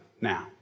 now